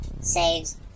Saves